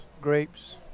grapes